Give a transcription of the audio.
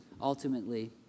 Ultimately